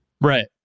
Right